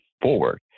forward